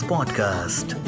Podcast